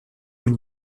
haut